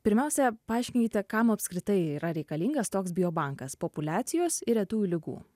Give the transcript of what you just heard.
pirmiausia paaiškinkite kam apskritai yra reikalingas toks biobankas populiacijos ir retųjų ligų